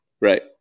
right